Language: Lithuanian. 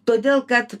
todėl kad